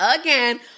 again